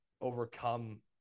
overcome